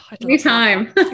anytime